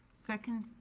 second.